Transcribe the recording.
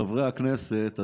חברי הכנסת,